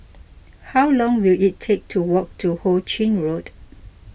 how long will it take to walk to Ho Ching Road